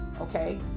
Okay